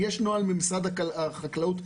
במשרד החקלאות.